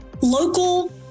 local